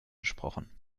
gesprochen